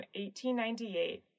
1898